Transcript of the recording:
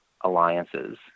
alliances